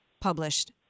published